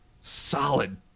solid